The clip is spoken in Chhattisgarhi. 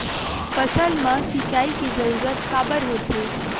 फसल मा सिंचाई के जरूरत काबर होथे?